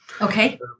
Okay